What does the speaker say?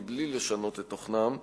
בלי לשנות את תוכנם,